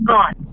Gone